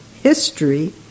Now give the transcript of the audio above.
history